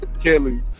Kelly